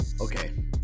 okay